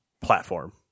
platform